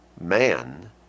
man